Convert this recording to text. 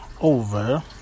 over